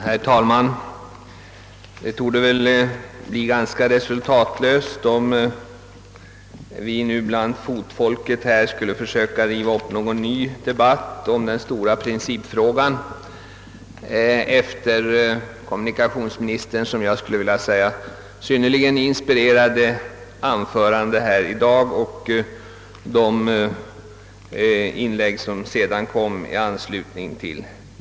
Herr talman! Det skulle bli resultatlöst om vi nu bland fotfolket skulle försöka driva upp en ny debatt om den stora principfrågan efter kommunikationsministerns synnerligen inspirerade anförande här i dag och de inlägg som sedan gjorts i anslutning därtill.